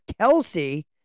Kelsey